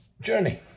journey